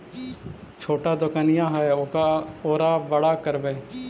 छोटा दोकनिया है ओरा बड़ा करवै?